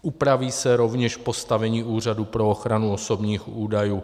Upraví se rovněž postavení Úřadu pro ochranu osobních údajů.